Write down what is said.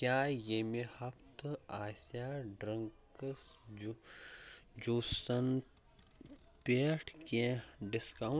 کیٛاہ ییٚمہِ ہفتہٕ آسیٛا ڈٕرنٛکٕس جوٗ جوٗسَن پٮ۪ٹھ کینٛہہ ڈِسکاو